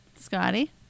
Scotty